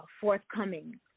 forthcoming